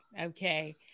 Okay